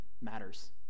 matters